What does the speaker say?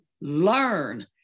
learn